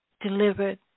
delivered